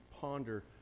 ponder